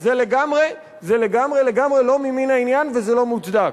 זה לגמרי לגמרי לא ממין העניין וזה לא מוצדק.